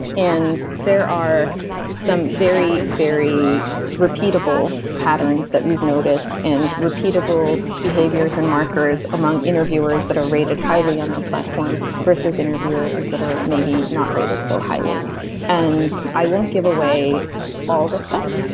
and there are some very, very repeatable patterns that we've noticed and repeatable behaviors and markers among interviewers that are rated highly on our platform, versus interviewers that are maybe not rated so highly and i won't give away all the stuff.